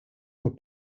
were